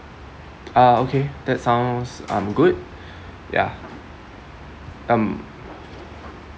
uh okay that sounds um good ya um